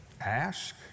Ask